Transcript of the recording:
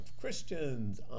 Christians